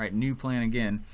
um new plan again.